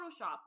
Photoshop